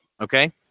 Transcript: Okay